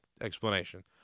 explanation